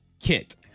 Kit